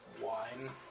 wine